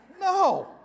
no